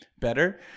better